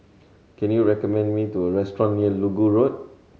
can you recommend me to a restaurant near Inggu Road